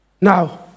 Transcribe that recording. Now